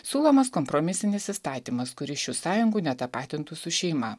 siūlomas kompromisinis įstatymas kuris šių sąjungų netapatintų su šeima